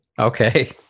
Okay